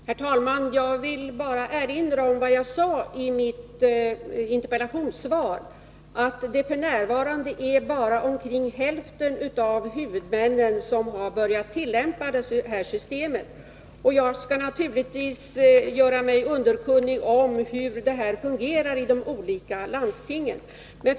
Herr talman! Jag vill bara erinra om vad jag sade i mitt interpellationssvar. F. n. är det bara omkring hälften av huvudmännen som har börjat tillämpa detta system. Jag skall naturligtvis göra mig underkunnig om hur systemet fungerar i de olika landstingen.